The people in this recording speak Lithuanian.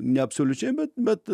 ne absoliučiai bet bet